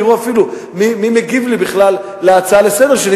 תראו בכלל מי מגיב על ההצעה שלי לסדר-היום,